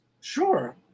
Sure